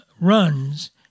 runs